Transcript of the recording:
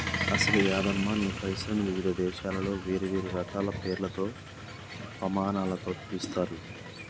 అసలు యాదమ్మ నీ పైసలను వివిధ దేశాలలో వేరువేరు రకాల పేర్లతో పమానాలతో పిలుస్తారు